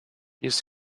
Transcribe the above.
use